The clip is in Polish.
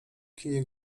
kinie